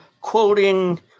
quoting